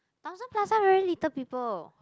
Thomson-Plaza very little people